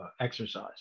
exercise